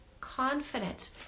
confident